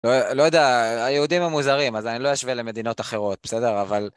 לא יודע, היהודים הם מוזרים, אז אני לא אשווה למדינות אחרות, בסדר? אבל...